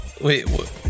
wait